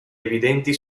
evidenti